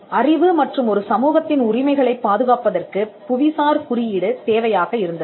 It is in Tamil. அறிவு மற்றும் ஒரு சமூகத்தின் உரிமைகளைப் பாதுகாப்பதற்குப் புவிசார் குறியீடு தேவையாக இருந்தது